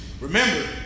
Remember